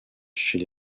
chez